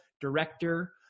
director